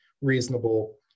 reasonable